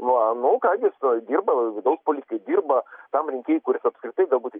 o nu ką jis dirba vidaus politikoj dirba tam rinkėjui kuris apskritai galbūt